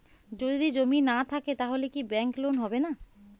যদি জমি না থাকে তাহলে কি ব্যাংক লোন হবে না?